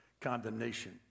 condemnation